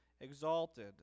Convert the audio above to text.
exalted